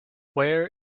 where